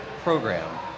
program